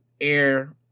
air